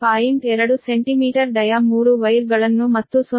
2 centimetre dia 3 wire ಗಳನ್ನು ಮತ್ತು 0